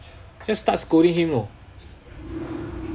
just start scolding him know